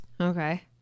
Okay